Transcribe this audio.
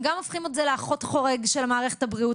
גם הופכים אותם לאחות חורגת של מערכת הבריאות,